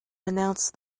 announce